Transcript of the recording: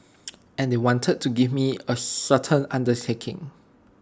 and they wanted to me to give A certain undertaking